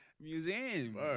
Museum